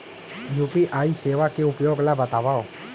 UPI सेवा के उपयोग ल बतावव?